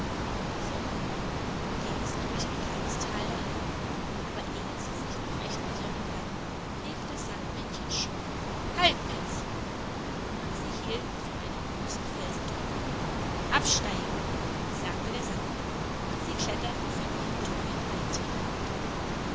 summ ging es durch ein langes tal dahin aber ehe sie sich noch recht besonnen hatten rief das sandmännchen schon halt petz und sie hielten vor einem großen felsentor absteigen sagte der sandmann und sie kletterten von ihrem treuen reittier herunter